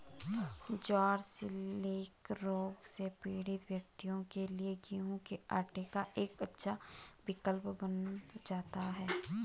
ज्वार celiac रोग से पीड़ित व्यक्तियों के लिए गेहूं के आटे का एक अच्छा विकल्प बन जाता है